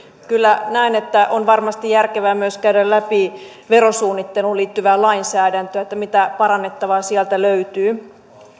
kyllä näen että on varmasti järkevää myös käydä läpi verosuunnitteluun liittyvää lainsäädäntöä mitä parannettavaa sieltä löytyy